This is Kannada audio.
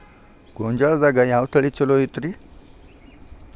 ಗೊಂಜಾಳದಾಗ ಯಾವ ತಳಿ ಛಲೋ ಐತ್ರಿ?